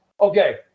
Okay